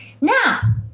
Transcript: Now